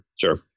sure